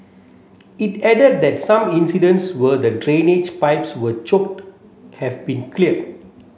it added that some incidents were the drainage pipes were choked have been cleared